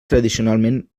tradicionalment